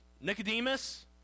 Nicodemus